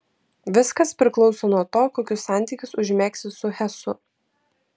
viskas priklauso nuo to kokius santykius užmegsi su hesu